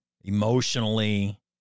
emotionally